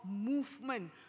movement